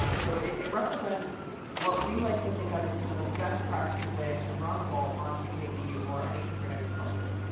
um so it it represents what we like to think of as kind of the best-practices way to run vault on gke or any kubernetes cluster.